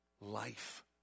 life